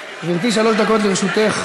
גברתי, שלוש דקות לרשותך,